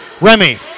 Remy